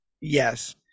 Yes